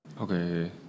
Okay